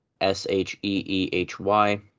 S-H-E-E-H-Y